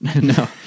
no